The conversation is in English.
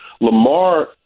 Lamar